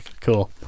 cool